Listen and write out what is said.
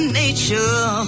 nature